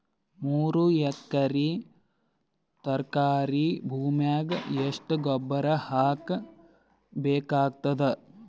ಮೂರು ಎಕರಿ ತರಕಾರಿ ಭೂಮಿಗ ಎಷ್ಟ ಗೊಬ್ಬರ ಹಾಕ್ ಬೇಕಾಗತದ?